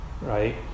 right